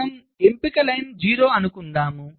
మన ఎంపిక పంక్తి 0 అనుకుందాం